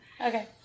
Okay